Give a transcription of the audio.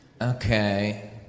Okay